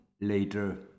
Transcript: later